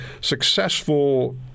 successful